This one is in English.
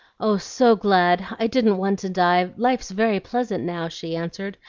oh, so glad! i didn't want to die life's very pleasant now, she answered,